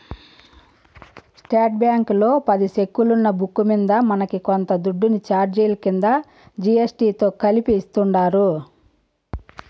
state బ్యాంకీలో పది సెక్కులున్న బుక్కు మింద మనకి కొంత దుడ్డుని సార్జిలు కింద జీ.ఎస్.టి తో కలిపి యాస్తుండారు